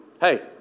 Hey